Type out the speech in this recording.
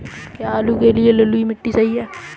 क्या आलू के लिए बलुई मिट्टी सही है?